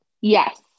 Yes